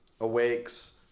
awakes